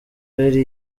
yari